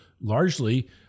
largely